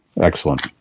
excellent